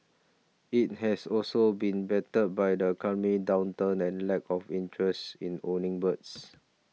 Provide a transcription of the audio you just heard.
it has also been battered by the downturn and lack of interest in owning birds